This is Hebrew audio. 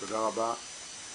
תודה רבה.